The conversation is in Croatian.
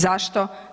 Zašto?